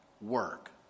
work